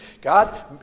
God